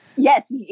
Yes